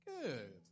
Good